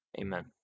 Amen